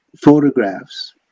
photographs